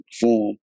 perform